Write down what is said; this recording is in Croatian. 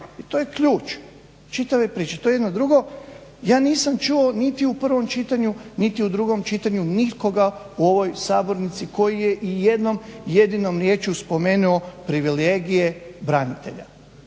I to je ključ čitave priče. To je jedno. Drugo, ja nisam čuo niti u prvom čitanju niti u drugom čitanju nikoga u ovoj sabornici tko je ijednom jedinom riječju spomenuo privilegije branitelja.